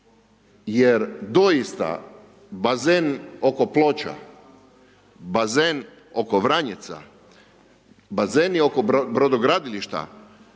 Jer doista bazen oko Ploča, bazen oko Vranjica, bazeni oko brodogradilišta